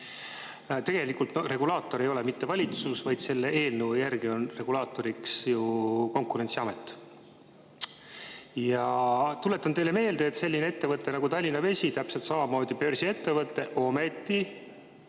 Tegelikult regulaator ei ole mitte valitsus, vaid selle eelnõu järgi on regulaatoriks ju Konkurentsiamet. Tuletan teile meelde, et selline ettevõte nagu Tallinna Vesi on täpselt samamoodi börsiettevõte, ometi